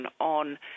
on